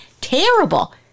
Terrible